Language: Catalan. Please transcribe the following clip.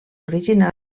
original